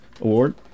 Award